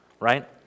right